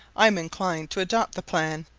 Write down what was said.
i am inclined to adopt the plan.